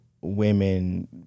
women